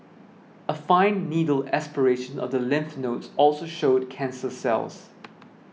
a fine needle aspiration of the lymph nodes also showed cancer cells